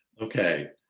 okay.